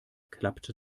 klappte